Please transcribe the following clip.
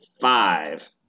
five